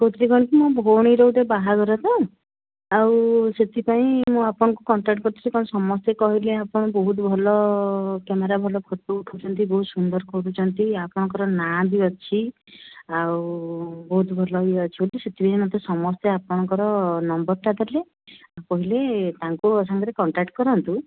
କହୁଥିଲି କ'ଣ କି ମୋ ଭଉଣୀର ଗୋଟେ ବାହାଘର ତ ଆଉ ସେଥିପାଇଁ ମୁଁ ଆପଣଙ୍କୁ କଣ୍ଟାକ୍ଟ କରିଥିଲି କ'ଣ ସମସ୍ତେ କହିଲେ ଆପଣ ବହୁତ ଭଲ କ୍ୟାମେରା ଭଲ ଫଟୋ ଉଠାଉଛନ୍ତି ବହୁତ ସୁନ୍ଦର କରୁଛନ୍ତି ଆପଣଙ୍କର ନାଁ ବି ଅଛି ଆଉ ବହୁତ ଭଲ ଇଏ ଅଛି ବୋଲି ସେଥିପାଇଁ ମୋତେ ସମସ୍ତେ ଆପଣଙ୍କର ନମ୍ବରଟା ଦେଲେ ଆଉ କହିଲେ ତାଙ୍କ ସାଙ୍ଗରେ କଣ୍ଟାକ୍ଟ କରନ୍ତୁ